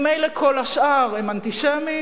ממילא כל השאר הם אנטישמים.